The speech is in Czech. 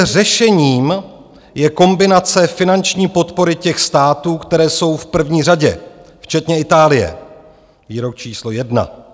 Řešením je kombinace finanční podpory těch států, které jsou v první řadě, včetně Itálie Výrok číslo jedna.